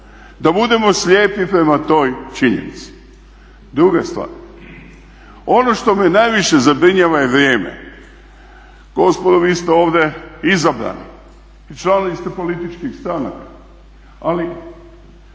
da budemo slijepi prema toj činjenici. Druga stvar, ono što me najviše zabrinjava je vrijeme. Gospodo vi ste ovdje izabrani i članovi ste političkih stranaka ali